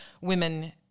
women